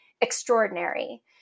extraordinary